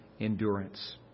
endurance